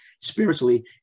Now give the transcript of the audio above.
spiritually